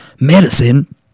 medicine